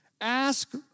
ask